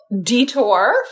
detour